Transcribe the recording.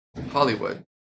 hollywood